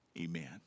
amen